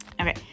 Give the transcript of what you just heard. Okay